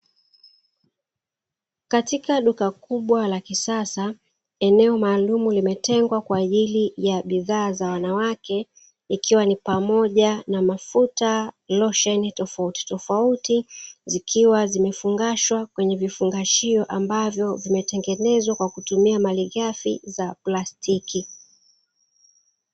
Katika duka kubwa la kisasa eneo maalumu limetengwa kwa ajili ya bidhaa za wanawake, ikiwa ni pamoja na mafuta losheni tofautitofauti, zikiwa zimefungashwa kwenye vifungashio ambavyo vimetengenezwa kwa kutumia malighafi za plastiki.